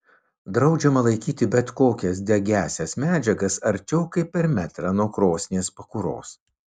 draudžiama laikyti bet kokias degiąsias medžiagas arčiau kaip per metrą nuo krosnies pakuros